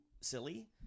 silly